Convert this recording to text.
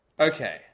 Okay